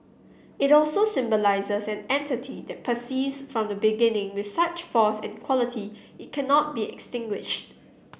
it also symbolises an entity that persists from the beginning with such force and quality it cannot be extinguished